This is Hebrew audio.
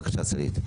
בבקשה, סלעית.